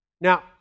Now